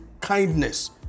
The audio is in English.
kindness